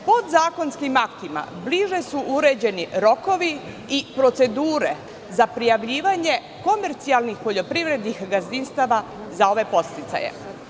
Podzakonskim aktima bliže su uređeni rokovi i procedure za prijavljivanje komercijalnih poljoprivrednih gazdinstava za ove podsticaje.